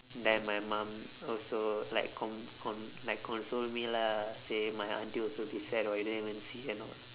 then my mum also like con~ con~ like console me lah say my auntie also be sad oh you don't even see and all